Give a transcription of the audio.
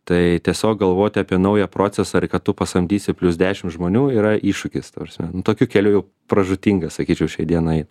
tai tiesiog galvoti apie naują procesą ir kad tu pasamdysi plius dešim žmonių yra iššūkis ta prasme tokiu keliu jau pražūtinga sakyčiau šiai dienai eit